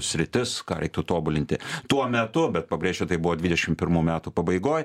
sritis ką reiktų tobulinti tuo metu bet pabrėšiu tai buvo dvidešim pirmų metų pabaigoj